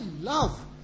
love